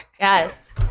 Yes